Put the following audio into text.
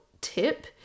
tip